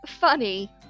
funny